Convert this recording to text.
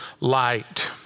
light